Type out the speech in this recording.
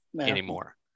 anymore